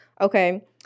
Okay